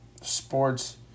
sports